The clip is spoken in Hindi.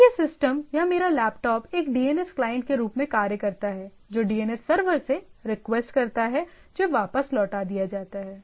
तो यह सिस्टम या मेरा लैपटॉप एक डीएनएस क्लाइंट के रूप में कार्य करता है जो DNS सर्वर से रिक्वेस्ट करता है जो वापस लौटा दिया जाता है